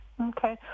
Okay